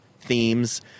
themes